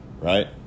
right